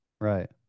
Right